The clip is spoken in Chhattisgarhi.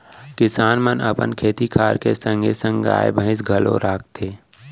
किसान मन अपन खेती खार के संगे संग गाय, भईंस घलौ राखथें